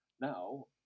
Now